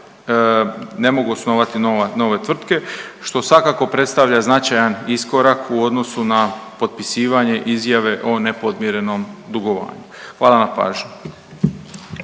ne mogu osnovati nove tvrtke što svakako predstavlja značajan iskorak u odnosu na potpisivanje izjave o nepodmirenom dugovanju. Hvala na pažnji.